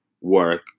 work